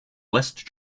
west